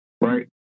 right